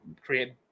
create